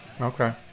Okay